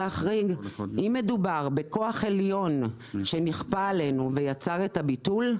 אם מדובר בכוח עליון שנכפה עלינו ויצר את הביטול,